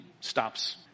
stops